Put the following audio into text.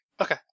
Okay